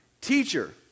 Teacher